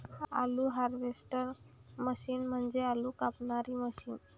आलू harvester machine म्हणजे आलू कापणारी मशीन